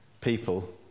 people